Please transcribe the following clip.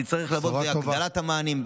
וזה יצטרך לבוא בהגדלת המענים,